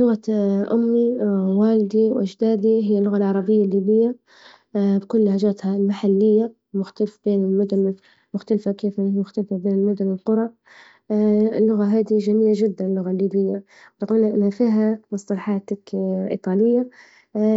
لغة أمي ووالدي وأجدادي هي اللغة العربية الليبية بكل لهجاتها المحلية، مختلفة بين المدن مختلفة كيف بين المدن والقرى، اللغة هادي جميلة جدا اللغة الليبية برغم إنها فيها مصطلحات هيك إيطالية